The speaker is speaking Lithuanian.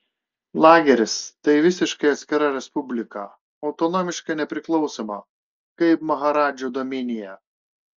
lageris tai visiškai atskira respublika autonomiškai nepriklausoma kaip maharadžų dominija